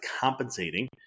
compensating